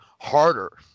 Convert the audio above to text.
harder